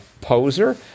poser